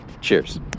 cheers